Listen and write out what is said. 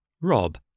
Rob